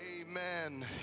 Amen